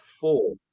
four